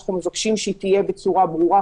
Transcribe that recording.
ואנחנו מבקשים שהיא תהיה בצורה ברורה,